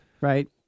Right